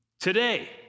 Today